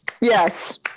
yes